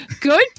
good